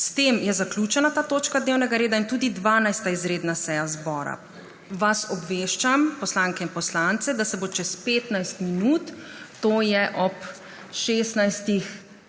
S tem je zaključena ta točka dnevnega reda in tudi 12. izredna seja zbora. Poslanke in poslance obveščam, da se bo čez 15 minut, to je ob 16.35,